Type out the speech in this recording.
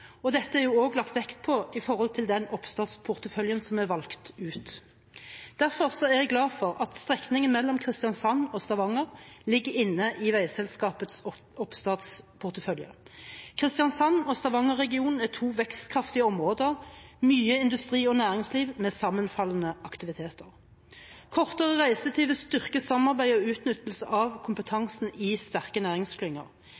og dette er det jo også lagt vekt på med tanke på den oppstartporteføljen som er valgt ut. Derfor er jeg glad for at strekningen mellom Kristiansand og Stavanger ligger inne i veiselskapets oppstartportefølje. Kristiansand- og Stavanger-regionen er to vekstkraftige områder som har mye industri og næringsliv med sammenfallende aktiviteter. Kortere reisetid vil styrke samarbeidet og utnyttelsen av kompetansen i sterke næringsklynger.